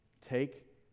Take